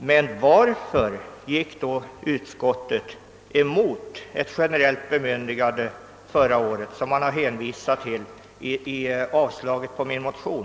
Men varför gick då utskottet förra året emot förslaget om ett generellt sådant bemyndigande, ett ställningstagande som utskottet nu hänvisat till i motiveringen för sitt yrkande om avslag på min motion?